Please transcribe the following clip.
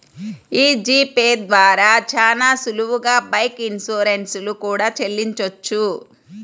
యీ G pay ద్వారా చానా సులువుగా బైక్ ఇన్సూరెన్స్ లు కూడా చెల్లించొచ్చు